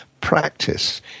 practice